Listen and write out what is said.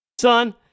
Son